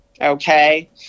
okay